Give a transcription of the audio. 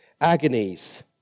agonies